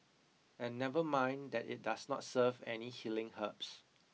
and never mind that it does not serve any healing herbs